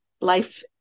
life